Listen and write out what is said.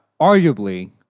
arguably